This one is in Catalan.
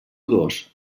dos